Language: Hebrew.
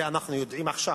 זה אנחנו יודעים עכשיו,